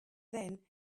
then